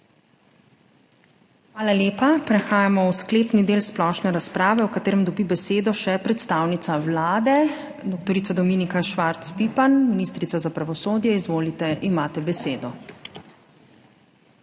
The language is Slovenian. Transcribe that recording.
Hvala lepa. Prehajamo v sklepni del splošne razprave, v katerem dobi besedo še predstavnica Vlade dr. Dominika Švarc Pipan, ministrica za pravosodje. Izvolite, imate besedo.